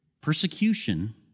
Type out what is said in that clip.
Persecution